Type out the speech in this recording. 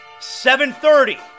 7:30